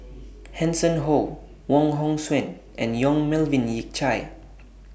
Hanson Ho Wong Hong Suen and Yong Melvin Yik Chye